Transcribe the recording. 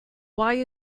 why